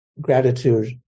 gratitude